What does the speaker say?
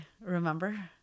remember